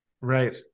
Right